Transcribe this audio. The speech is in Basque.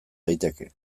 daiteke